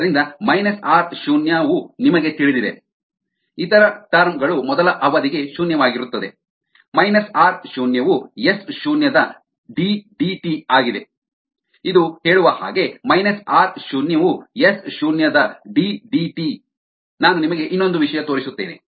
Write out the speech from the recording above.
ಆದ್ದರಿಂದ minus R ಶೂನ್ಯ ವು ನಿಮಗೆ ತಿಳಿದಿದೆ ಇತರ ಟರ್ಮ್ ಗಳು ಮೊದಲ ಅವಧಿಗೆ ಶೂನ್ಯವಾಗಿರುತ್ತದೆ ಮೈನಸ್ ಆರ್ ಶೂನ್ಯ ವು ಎಸ್ ಶೂನ್ಯ ದ ಡಿ ಡಿಟಿ ಆಗಿದೆ ಇದು ಹೇಳುವ ಹಾಗೆ ಮೈನಸ್ ಆರ್ ಶೂನ್ಯ ವು ಎಸ್ ಶೂನ್ಯ ದ ಡಿ ಡಿಟಿ ನಾನು ನಿಮಗೆ ಇನ್ನೊಂದು ವಿಷಯ ತೋರಿಸುತ್ತೇನೆ